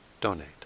donate